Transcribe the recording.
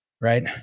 right